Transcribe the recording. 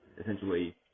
essentially